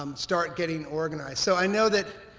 um start getting organized so i know that